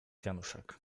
wianuszek